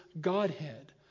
Godhead